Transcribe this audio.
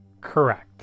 Correct